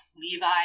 Levi